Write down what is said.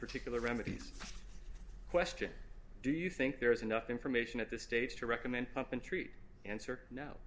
particular remedies question do you think there is enough information at this stage to recommend pump and treat answer no